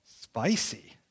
spicy